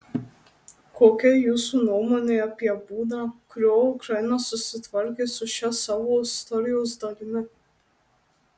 kokia jūsų nuomonė apie būdą kuriuo ukraina susitvarkė su šia savo istorijos dalimi